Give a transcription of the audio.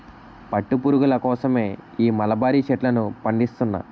పట్టు పురుగుల కోసమే ఈ మలబరీ చెట్లను పండిస్తున్నా